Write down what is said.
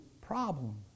problem